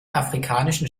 afrikanischen